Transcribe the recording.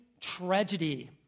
tragedy